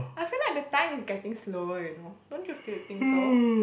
I feel like the time is getting slower you know don't you feel think so